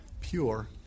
pure